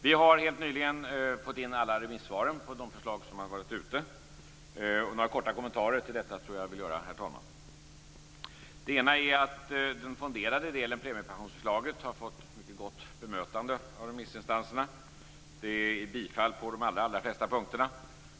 Vi har helt nyligen fått in alla remissvaren på de förslag som har varit ute. Några korta kommentarer till dessa vill jag göra, herr talman. Den fonderade delen, premiepensionsförslaget, har fått ett gott bemötande av remissinstanserna. Det är bifall på de allra flesta punkterna.